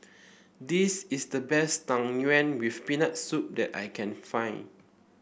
this is the best Tang Yuen with Peanut Soup that I can find